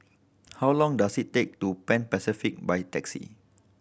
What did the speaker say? how long does it take to Pan Pacific by taxi